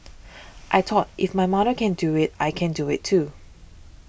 I thought if my mother can do it I can do it too